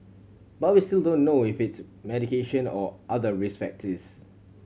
but we still don't know if it's medication or other risk factors